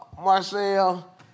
Marcel